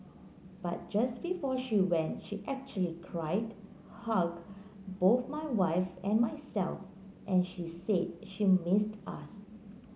but just before she went she actually cried hugged both my wife and myself and she said she missed us